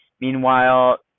Meanwhile